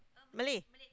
Malay